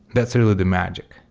that's really the magic.